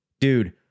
dude